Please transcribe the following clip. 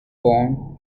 born